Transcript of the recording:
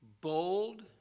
bold